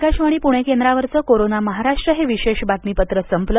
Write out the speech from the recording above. आकाशवाणी पुणे केंद्रावरच कोरोना महाराष्ट्र हे विशेष बातमीपत्र संपल